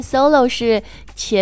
Solo是前